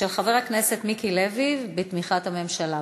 של חבר הכנסת מיקי לוי, בתמיכת הממשלה.